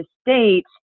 state